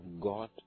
God